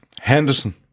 Henderson